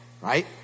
right